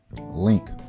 link